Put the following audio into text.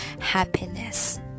happiness